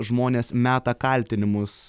žmonės meta kaltinimus